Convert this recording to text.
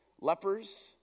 lepers